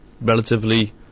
relatively